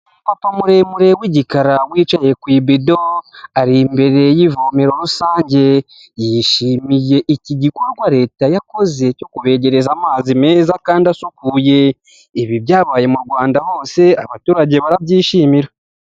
Umupapa muremure w'igikara wicaye ku ibido ari imbere y'ivomero rusange, yishimiye iki gikorwa Leta yakoze cyo kubegereza amazi meza kandi asukuye, ibi byabaye mu Rwanda hose abaturage barabyishimira.